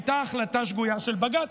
הייתה החלטה שגויה של בג"ץ.